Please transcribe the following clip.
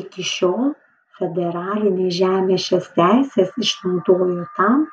iki šiol federalinė žemė šias teises išnaudojo tam